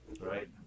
right